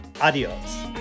Adios